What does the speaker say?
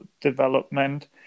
development